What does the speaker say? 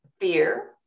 fear